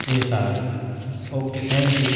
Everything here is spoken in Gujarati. એ સારું ઓકે થેન્ક્યુ